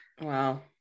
Wow